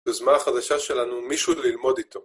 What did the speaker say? יוזמה החדשה שלנו מישהו ללמוד איתו.